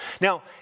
Now